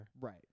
Right